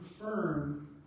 firm